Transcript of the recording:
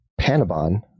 Panabon